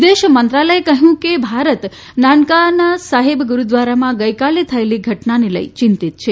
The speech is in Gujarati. વિદેશ મંત્રાલયે કહ્યું છે કે ભારત નાનકાન સાહેબ ગુરૂદ્વારામાં ગઇકાલે થયેલી ઘટનાને લઇ ચિંતીત છે